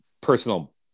personal